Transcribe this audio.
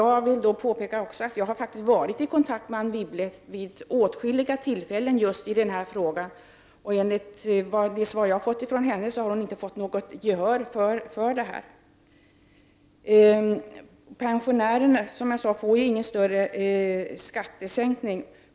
Jag vill också påpeka att jag har varit i kontakt med Anne Wibble vid åtskilliga tillfällen just i denna fråga, och det svar jag har fått från henne är att hon inte har fått gehör för detta. Pensionärerna får alltså inte någon större skattesänkning.